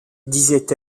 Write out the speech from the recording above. disait